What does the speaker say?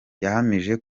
yahamije